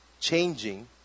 changing